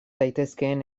daitezkeen